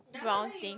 brown thing